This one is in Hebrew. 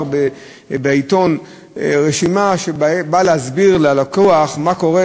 בעיתון רשימה שבאה להסביר ללקוח מה קורה